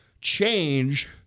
change